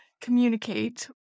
communicate